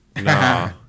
Nah